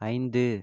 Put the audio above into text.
ஐந்து